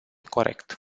corect